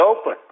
open